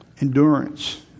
Endurance